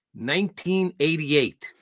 1988